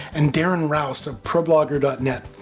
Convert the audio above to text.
and darren rowse, of problogger but net.